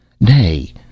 Nay